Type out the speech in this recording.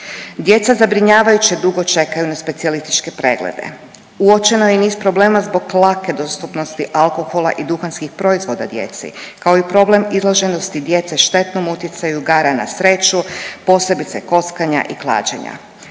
Djeca zabrinjavajuće dugo čekaju na specijalističke preglede, uočeno je i niz problema zbog tlake dostupnosti alkohola i duhanskih proizvoda djeci, kao i problem izloženosti djece štetnom utjecaju igara na sreću, posebice kockanja i klađenja.